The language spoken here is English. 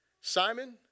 Simon